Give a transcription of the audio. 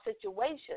situation